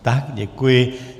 Tak, děkuji.